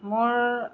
মোৰ